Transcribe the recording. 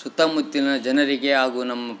ಸುತ್ತ ಮುತ್ತಿನ ಜನರಿಗೆ ಹಾಗು ನಮ್ಮ